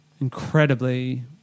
incredibly